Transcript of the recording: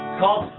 called